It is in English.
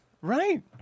Right